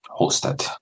hosted